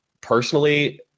personally